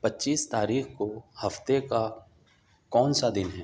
پچیس تاریخ کو ہفتے کا کون سا دن ہے